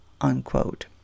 unquote